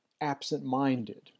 absent-minded